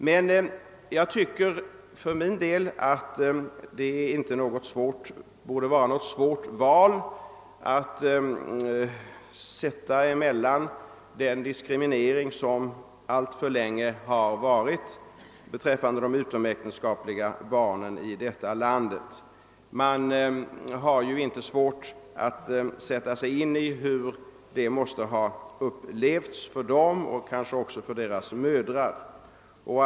Men jag anser att det inte borde vara något svårt val eftersom det gäller en diskriminering som alltför länge funnits beträffande de utomäktenskapliga barnen. Man bör inte ha svårt att sätta sig in i hur dessa och kanske också mödrarna måste ha upplevt situationen.